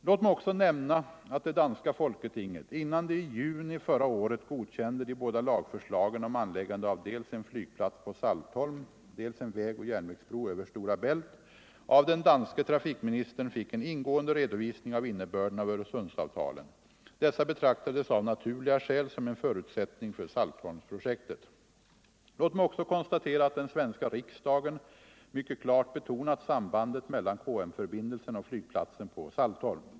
Låt mig också nämna att det danska folketinget, innan det i juni förra året godkände de båda lagförslagen om anläggande av dels en flygplats på Saltholm, dels en vägoch järnvägsbro över Stora Bält, av den danske trafikministern fick en ingående redovisning av innebörden av Öresundsavtalen. Dessa betraktades av naturliga skäl som en förutsättning för Saltholmsprojektet. Låt mig också konstatera att den svenska riksdagen mycket klart betonat sambandet mellan KM-förbindelsen och flygplatsen på Saltholm.